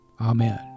Amen